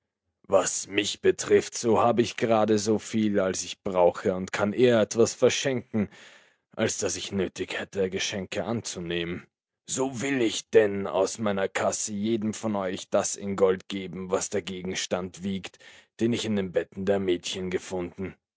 was mich betrifft so hab ich grade soviel als ich brauche und kann eher etwas verschenken als daß ich nötig hätte geschenke anzunehmen so will ich denn aus meiner kasse jedem von euch das in gold geben was der gegenstand wiegt den ich in den betten der mädchen gefunden